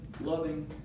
loving